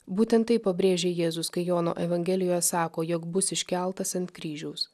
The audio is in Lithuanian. būtent taip pabrėžė jėzus kai jono evangelija sako jog bus iškeltas ant kryžiaus